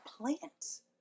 plants